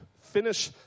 finish